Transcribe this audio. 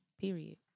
Period